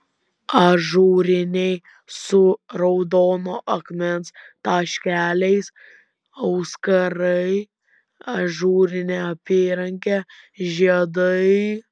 ažūriniai su raudono akmens taškeliais auskarai ažūrinė apyrankė žiedai